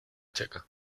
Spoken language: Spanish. checa